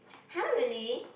[huh] really